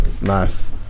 nice